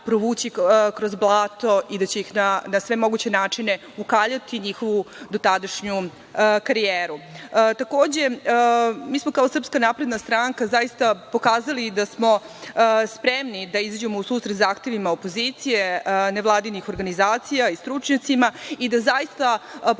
provući kroz blato i da će na sve moguće načine ukaljati njihovu dotadanju karijeru. Takođe, mi smo kao SNS zaista pokazali da smo spremni da izađemo u susret zahtevima opozicije nevladinih organizacija i stručnjacima i da zaista, pokazali